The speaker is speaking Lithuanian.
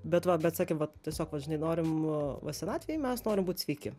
bet va bet sakėm vat tiesiog vat žinai norim va senatvėj mes norim būt sveiki